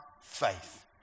faith